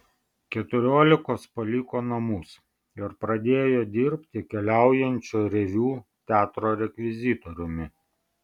keturiolikos paliko namus ir pradėjo dirbti keliaujančio reviu teatro rekvizitoriumi